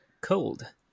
cold